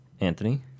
Anthony